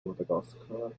madagaskar